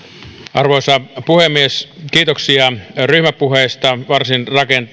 arvoisa puhemies kiitoksia ryhmäpuheista varsin